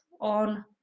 on